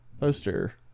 poster